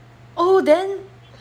oh then